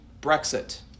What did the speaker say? Brexit